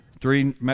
three